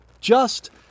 just-